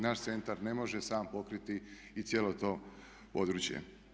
Naš centar ne može sam pokriti i cijelo to područje.